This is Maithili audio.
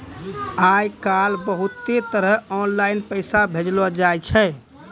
आय काइल बहुते तरह आनलाईन पैसा भेजलो जाय छै